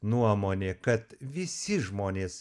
nuomonė kad visi žmonės